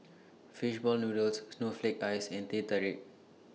Fish Ball Noodles Snowflake Ice and Teh Tarik